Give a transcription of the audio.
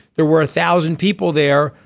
there were a thousand people there.